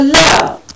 love